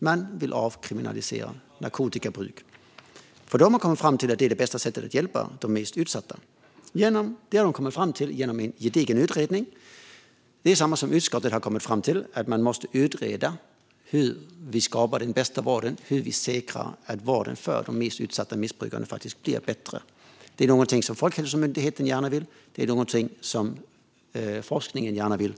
Man vill avkriminalisera narkotikabruk, för man har kommit fram till att det är det bästa sättet att hjälpa de mest utsatta. Det har man har gjort genom en gedigen utredning, och utskottet har kommit fram till samma sak: Det måste utredas hur vi skapar den bästa vården och säkrar att vården för de mest utsatta missbrukarna faktiskt blir bättre. Det är någonting som Folkhälsomyndigheten gärna vill, och det är någonting som forskningen gärna vill.